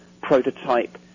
prototype